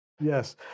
Yes